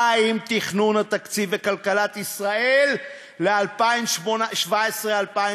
מה עם תכנון התקציב וכלכלת ישראל ל-2017 2018?